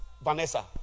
Vanessa